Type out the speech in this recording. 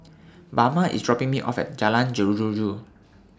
Bama IS dropping Me off At Jalan Jeruju